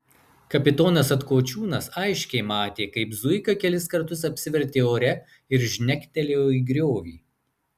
kapitonas atkočiūnas aiškiai matė kaip zuika kelis kartus apsivertė ore ir žnektelėjo į griovį